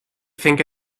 think